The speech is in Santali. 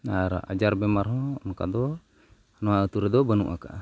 ᱟᱨ ᱟᱡᱟᱨ ᱵᱤᱢᱟᱨ ᱦᱚᱸ ᱚᱱᱠᱟ ᱫᱚ ᱱᱚᱣᱟ ᱟᱛᱳ ᱨᱮᱫᱚ ᱵᱟᱹᱱᱩᱜ ᱟᱠᱟᱫᱼᱟ